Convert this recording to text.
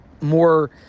more